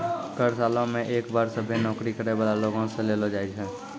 कर सालो मे एक बार सभ्भे नौकरी करै बाला लोगो से लेलो जाय छै